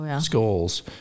Skulls